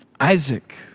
Isaac